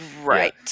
Right